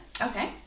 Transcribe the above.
Okay